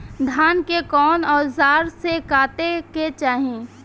धान के कउन औजार से काटे के चाही?